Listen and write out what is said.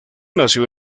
nació